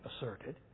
asserted